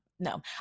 no